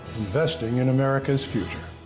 investing in americas future.